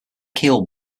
keel